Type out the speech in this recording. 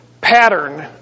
pattern